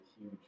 huge